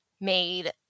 made